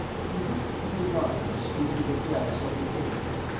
he looked through the darkness into the depths of the cave,